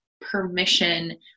permission